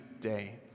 day